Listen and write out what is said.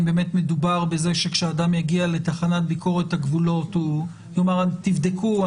האם באמת מדובר בזה שכשאדם יגיע לתחנת ביקורת הגבולות כלומר תבדקו,